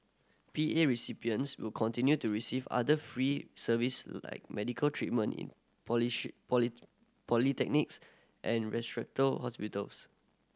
P A recipients will continue to receive other free service like medical treatment in and hospitals